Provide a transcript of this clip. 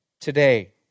today